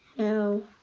know,